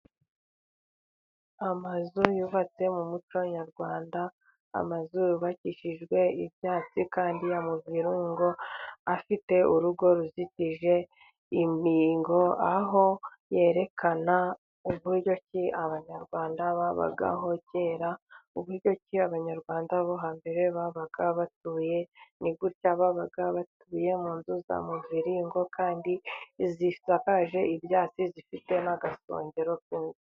Amazu yubatse mu muco nyarwanda, amazuru yubakishijwe ibyatsi kandi ya muviringo afite urugo ruzitije imbigo, aho yerekana uburyoki Abanyarwanda babagaho kera, uburyoki Abanyarwanda bo hambere babaga batuye, ni gutya babaga batuye mu nzu za muviringo kandi zisakaje ibyatsi zifite n'agasongero ku inzu.